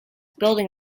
building